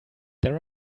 there